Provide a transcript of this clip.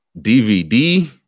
DVD